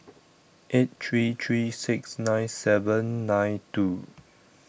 eight three three six nine seven nine two